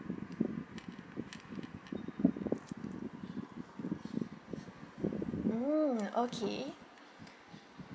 mm okay